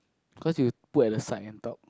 cause you put at the side and top